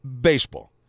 Baseball